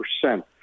percent